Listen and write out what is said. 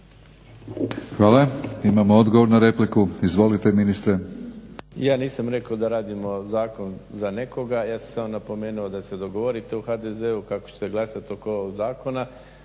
Hvala. Imamo odgovor na repliku. Izvolite ministre. **Mrsić, Mirando (SDP)** Ja nisam rekao da radimo zakon za nekoga, ja sam samo napomenuo da se dogovorite u HDZ-u kako će se glasati oko zakona